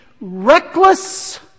reckless